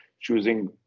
choosing